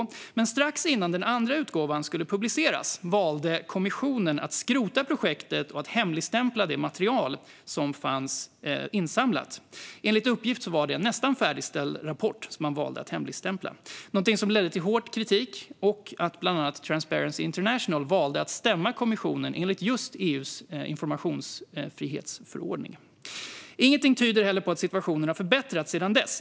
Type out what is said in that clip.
Men strax innan den andra utgåvan skulle publiceras valde kommissionen att skrota projektet och att hemligstämpla det material som fanns insamlat. Enligt uppgift var det en nästan färdigställd rapport som man valde att hemligstämpla, något som ledde till hård kritik och att bland annat Transparency International valde att stämma kommissionen enligt EU:s informationsfrihetsförordning. Ingenting tyder heller på att situationen har förbättrats sedan dess.